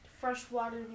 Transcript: Freshwater